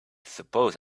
suppose